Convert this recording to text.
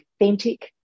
authentic